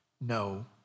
no